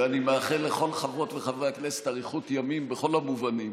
ואני מאחל לכל חברות וחברי הכנסת אריכות ימים בכל המובנים,